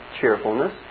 cheerfulness